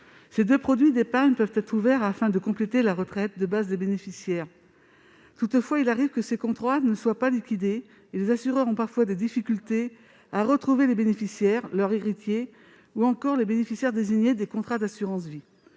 Ces deux produits d'épargne peuvent être souscrits afin de compléter la retraite de base des bénéficiaires. Toutefois, il arrive que ces contrats ne soient pas liquidés. Les assureurs ont parfois des difficultés à retrouver les bénéficiaires, leurs héritiers ou encore les bénéficiaires désignés des contrats d'assurance-vie.